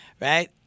right